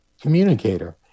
communicator